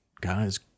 guys